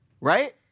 right